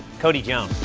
cody jones.